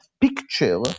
picture